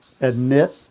admit